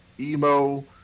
Emo